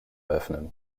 öffnen